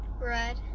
Red